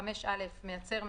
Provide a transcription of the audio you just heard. (5א) מייצר,